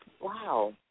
wow